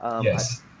Yes